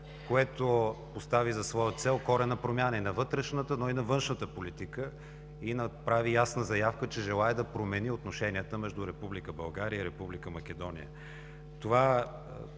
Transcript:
което постави за своя цел коренна промяна и на вътрешната, но и на външната политика и направи ясна заявка, че желае да промени отношенията между Република България